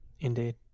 Indeed